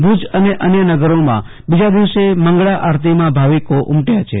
ભુજ અને અન્ય નગરોમાં બીજા દિવસે મંગળા આરતીમાં ભાવિકો ઉમથ્યા છે